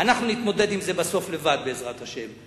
אנחנו נתמודד עם זה בסוף לבד, בעזרת השם.